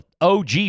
OG